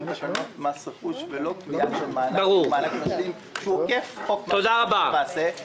תקנות מס רכוש ולא קביעה של מענק שעוקף את חוק מס רכוש למעשה.